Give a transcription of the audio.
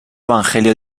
evangelio